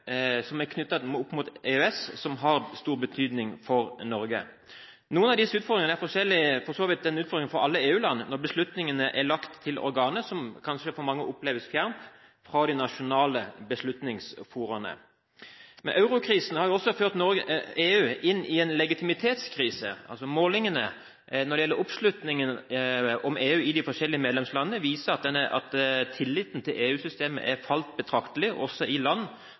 som er knyttet opp mot EØS som har stor betydning for Norge. Noen av utfordringene er forskjellige – det er for så vidt en utfordring for alle EU-land når beslutningene er lagt til organer som kanskje for mange oppleves fjernt fra de nasjonale beslutningsforaene. Men eurokrisen har også ført EU inn i en legitimitetskrise. Målingene når det gjelder oppslutningen om EU i de forskjellige medlemslandene, viser at tilliten til EU-systemet har falt betraktelig også i land